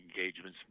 engagements